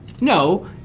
no